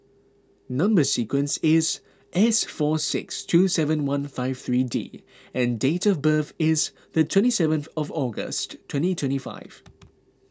Number Sequence is S four six two seven one five three D and date of birth is the twenty seventh of August twenty twenty five